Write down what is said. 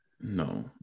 No